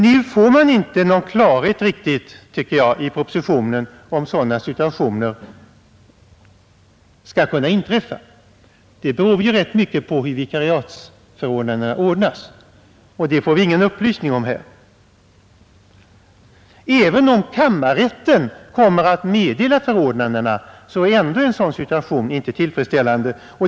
Nu får man inte, tycker jag, genom propositionen någon riktig klarhet i om sådana situationer skall kunna uppstå. Det beror ju ganska mycket på hur vikariatsförhållandena ordnas, och det får vi ingen upplysning om. Även om kammarrätten kommer att meddela förordnandena är en sådan situation otillfredsställande.